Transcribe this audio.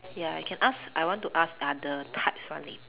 ya I can ask I want to ask other types one leh